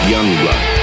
Youngblood